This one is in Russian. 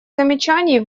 замечаний